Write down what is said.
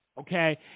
Okay